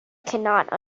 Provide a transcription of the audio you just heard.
cannot